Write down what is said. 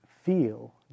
feel